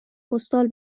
پستال